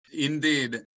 Indeed